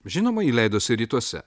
žinoma ji leidosi rytuose